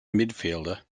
midfielder